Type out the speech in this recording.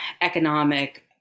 economic